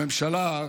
הממשלה,